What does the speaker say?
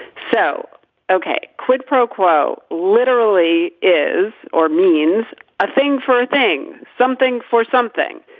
so ok quid pro quo literally is or means a thing for a thing something for something.